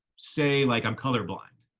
say, like, i'm colorblind.